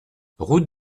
route